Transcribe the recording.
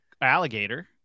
alligator